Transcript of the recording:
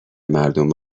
مردم